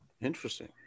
Interesting